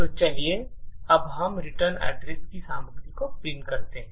तो चलिए अब हम रिटर्न की सामग्री को प्रिंट करते हैं